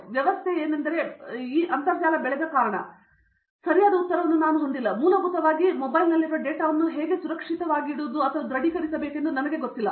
ಈ ವ್ಯವಸ್ಥೆಯು ಬೆಳೆದ ಕಾರಣ ನಾನು ಉತ್ತರವನ್ನು ಸರಿಯಾಗಿ ಹೊಂದಿಲ್ಲ ಮತ್ತು ಮೂಲಭೂತವಾಗಿ ಹೋಗಿ ಅದನ್ನು ಸುರಕ್ಷಿತವಾಗಿ ಹೇಗೆ ದೃಢೀಕರಿಸಬೇಕೆಂದು ನನಗೆ ಗೊತ್ತಿಲ್ಲ